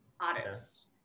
artists